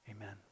Amen